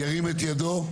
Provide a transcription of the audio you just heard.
ירים את ידו.